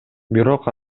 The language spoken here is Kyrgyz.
бирок